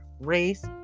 race